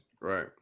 Right